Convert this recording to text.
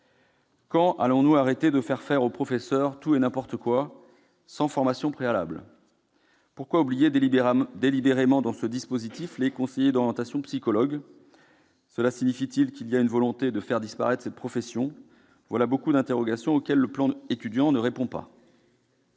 Quand allons-nous cesser de faire faire aux professeurs tout et n'importe quoi, sans formation préalable ? Pourquoi oublier délibérément dans ce dispositif les conseillers d'orientation-psychologues ? Cela traduit-il la volonté de faire disparaître cette profession ? Voilà beaucoup d'interrogations auxquelles le plan Étudiants ne répond pas.